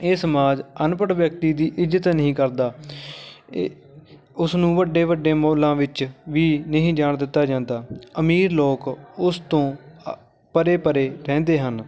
ਇਹ ਸਮਾਜ ਅਨਪੜ੍ਹ ਵਿਅਕਤੀ ਦੀ ਇੱਜਤ ਨਹੀਂ ਕਰਦਾ ਏ ਉਸ ਨੂੰ ਵੱਡੇ ਵੱਡੇ ਮੋਲਾਂ ਵਿੱਚ ਵੀ ਨਹੀਂ ਜਾਣ ਦਿੱਤਾ ਜਾਂਦਾ ਅਮੀਰ ਲੋਕ ਉਸ ਤੋਂ ਪਰੇ ਪਰੇ ਰਹਿੰਦੇ ਹਨ